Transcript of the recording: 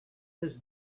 his